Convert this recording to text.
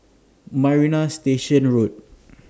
Marina Station Road